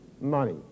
Money